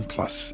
Plus